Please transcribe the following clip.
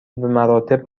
بمراتب